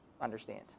understand